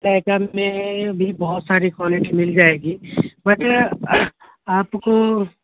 Laika میں بھی بہت ساری کوالٹی مل جائے گی بٹ میں آپ کو